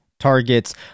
targets